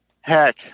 heck